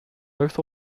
both